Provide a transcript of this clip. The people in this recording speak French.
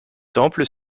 temple